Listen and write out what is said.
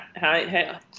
hi